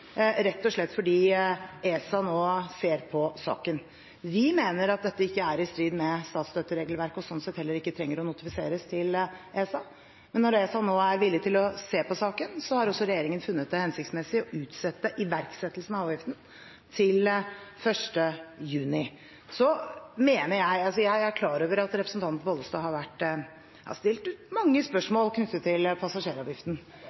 rett og slett fordi ESA nå ser på saken. Vi mener at dette ikke er i strid med statsstøtteregelverket, og slik sett heller ikke trenger å notifiseres til ESA, men når ESA nå er villig til å se på saken, har regjeringen funnet det hensiktsmessig å utsette iverksettelsen av avgiften til 1. juni. Jeg er klar over at representanten Pollestad har stilt mange